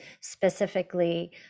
specifically